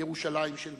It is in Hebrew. ירושלים של מטה,